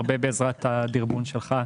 הרבה בעזרת הדירבון שלך,